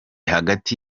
hagati